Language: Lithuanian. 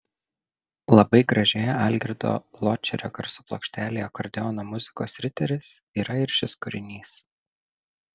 labai gražioje algirdo ločerio garso plokštelėje akordeono muzikos riteris yra ir šis kūrinys